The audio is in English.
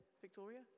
Victoria